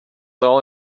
all